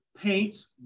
paints